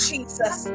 Jesus